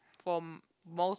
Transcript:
for most